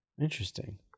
Interesting